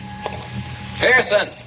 Pearson